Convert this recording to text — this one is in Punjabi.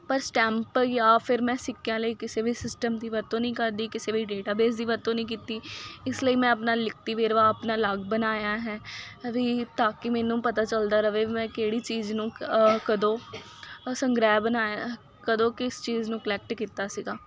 ਪਰ ਸਟੈਂਪ ਜਾਂ ਫਿਰ ਮੈਂ ਸਿੱਕਿਆਂ ਲਈ ਕਿਸੇ ਵੀ ਸਿਸਟਮ ਦੀ ਵਰਤੋਂ ਨਹੀਂ ਕਰਦੀ ਕਿਸੇ ਵੀ ਡੇਟਾਬੇਸ ਦੀ ਵਰਤੋਂ ਨਹੀਂ ਕੀਤੀ ਇਸ ਲਈ ਮੈਂ ਆਪਣਾ ਲਿਖਤੀ ਵੇਰਵਾ ਆਪਣਾ ਅਲੱਗ ਬਣਾਇਆ ਹੈ ਵੀ ਤਾਂ ਕਿ ਮੈਨੂੰ ਪਤਾ ਚੱਲਦਾ ਰਹੇ ਮੈਂ ਕਿਹੜੀ ਚੀਜ਼ ਨੂੰ ਕਦੋਂ ਸੰਗ੍ਰਿਹ ਬਣਾਇਆ ਕਦੋਂ ਕਿਸ ਚੀਜ਼ ਨੂੰ ਕਲੈਕਟ ਕੀਤਾ ਸੀਗਾ